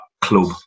club